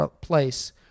place